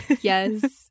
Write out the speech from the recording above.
Yes